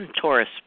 Taurus